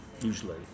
usually